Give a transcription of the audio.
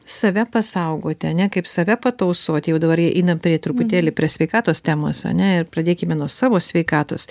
save pasaugoti ane kaip save patausoti jau dabar einam prie truputėlį prie sveikatos temos ane ir pradėkime nuo savo sveikatos